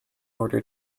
order